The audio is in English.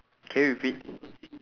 can you repeat